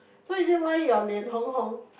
so is it why you are 脸红红